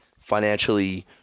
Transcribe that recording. financially